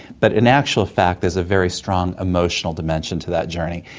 but in actual fact there's a very strong emotional dimension to that journey,